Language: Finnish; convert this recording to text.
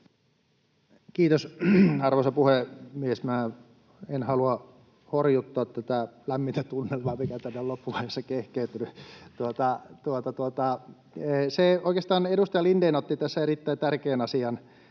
Kiitos, arvoisa puhemies! Minä en halua horjuttaa tätä lämmintä tunnelmaa, mikä tänne on loppuvaiheessa kehkeytynyt. Oikeastaan edustaja Lindén otti tässä erittäin tärkeän asian